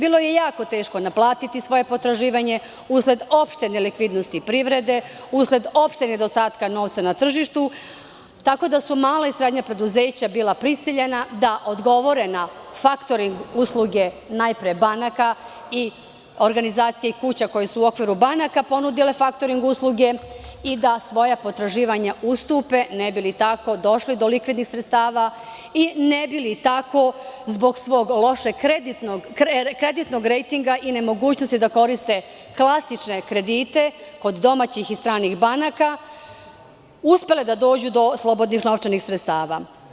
Bilo je jako teško naplatiti svoje potraživanje usled opšte nelikvidnosti privrede, usled opšteg nedostatka novca na tržištu, tako da su mala i srednja preduzeća bila prisiljena da odgovore na faktoring usluge, najpre, banaka, organizacija i kuća koje su u okviru banaka ponudile faktoring usluge i da svoja potraživanja ustupe ne bi li tako došle do likvidnih sredstava i ne bi li tako, zbog svog lošeg kreditnog rejtinga i nemogućnosti da koriste klasične kredite kod domaćih i stranih banaka, uspele da dođu do slobodnih novčanih sredstava.